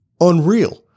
unreal